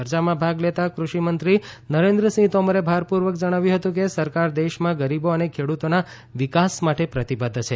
ચર્ચામાં ભાગ લેતાં કૃષિ મંત્રી નરેન્દ્રસિંહ તોમરે ભારપૂર્વક જણાવ્યું હતું કે સરકાર દેશમાં ગરીબો અને ખેડૂતોના વિકાસ માટે પ્રતિબદ્ધ છે